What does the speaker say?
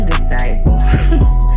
disciple